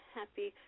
happy